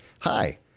Hi